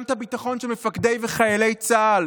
גם את הביטחון של מפקדי וחיילי צה"ל,